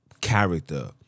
character